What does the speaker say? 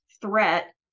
threat